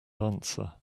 answer